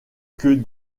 que